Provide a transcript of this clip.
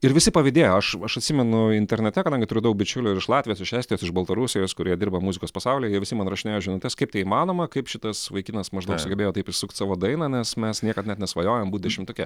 ir visi pavydėjo aš aš atsimenu internete kadangi turiu daug bičiulių ir iš latvijos išvesti iš baltarusijos kurie dirba muzikos pasaulyje jie visi man rašinėjo žinutes kaip tai įmanoma kaip šitas vaikinas maždaug sugebėjo taip įsukt savo dainą nes mes niekad net nesvajojom būt dešimtuke